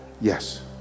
yes